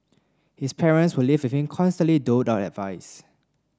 his parents who live constantly doled out advice